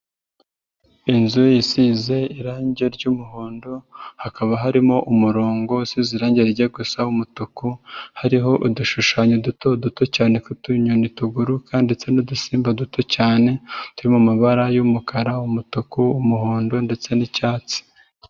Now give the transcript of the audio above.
Inzu isize irangi ry'umuhondo hakaba harimo umurongo usize irangi rijya gusa umutuku, hariho udushushanyo duto duto cyane tw'utunyoni tuguruka ndetse n'udusimba duto cyane turi mu mabara y'umukara, umutuku, umuhondo ndetse n'icyatsi.